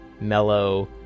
mellow